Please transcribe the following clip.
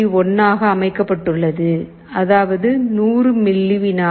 1 ஆக அமைக்கப்பட்டுள்ளது அதாவது 100 மில்லி வினாடி